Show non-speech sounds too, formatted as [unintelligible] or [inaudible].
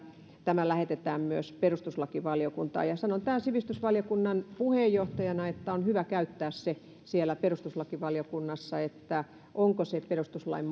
tämä lähetetään myös perustuslakivaliokuntaan sanon tämän sivistysvaliokunnan puheenjohtajana että on hyvä käyttää se siellä perustuslakivaliokunnassa siltä kannalta onko se perustuslain [unintelligible]